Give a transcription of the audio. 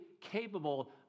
capable